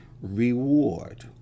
reward